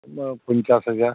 না পঞ্চাশ হাজার